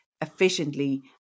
efficiently